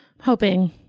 hoping